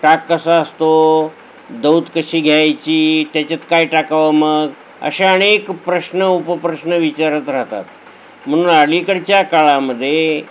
टाक कसा असतो दौत कशी घ्यायची त्याच्यात काय टाकावं मग अशा अनेक प्रश्न उपप्रश्न विचारत राहतात म्हणून अलीकडच्या काळामध्ये